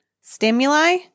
stimuli